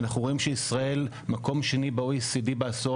אנחנו רואים שישראל מקום שני ב-OECD בעשור